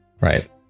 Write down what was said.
Right